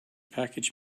package